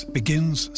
begins